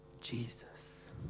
Jesus